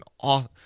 awesome